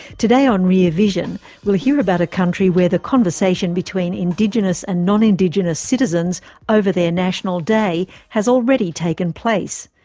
today on rear vision we'll hear about a country where the conversation between indigenous and non-indigenous citizens over their national day has already taken place,